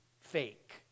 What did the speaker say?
fake